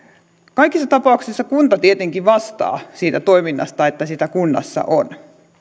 kaikissa tapauksissa kunta tietenkin vastaa siitä toiminnasta että sitä kunnassa on